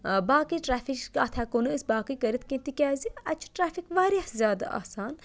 باقٕے ٹرٛٮ۪فِک اَتھ ہٮ۪کو نہٕ أسۍ باقٕے کٔرِتھ کیٚنٛہہ تِکیٛازِ اَتہِ چھُ ٹرٛٮ۪فِک واریاہ زیادٕ آسان